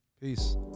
Peace